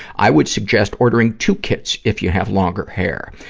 i would suggest ordering two kits, if you have longer hair.